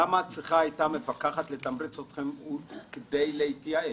למה צריכה הייתה המפקחת לתמרץ אתכם כדי להתייעל?